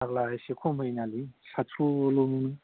फाग्ला एसे खम होयोनालै सादस'ल'